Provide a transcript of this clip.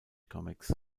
comics